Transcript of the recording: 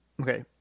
Okay